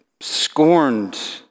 scorned